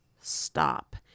stop